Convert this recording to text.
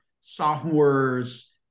sophomores